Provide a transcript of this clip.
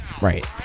right